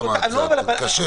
קשה.